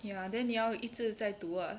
ya then 你要一直再读 ah